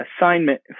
assignment